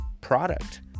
product